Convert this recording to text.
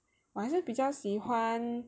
我还是比较喜欢